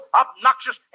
obnoxious